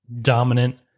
dominant